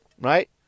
Right